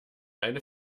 eine